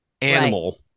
animal